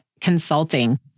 consulting